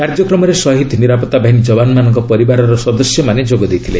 କାର୍ଯ୍ୟକ୍ରମରେ ଶହୀଦ୍ ନିରାପତ୍ତା ବାହିନୀ ଯବାନମାନଙ୍କ ପରିବାରର ସଦସ୍ୟମାନେ ଯୋଗ ଦେଇଥିଲେ